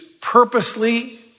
purposely